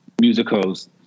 musicals